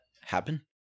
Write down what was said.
happen